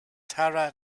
tara